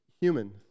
human